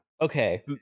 okay